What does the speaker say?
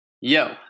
yo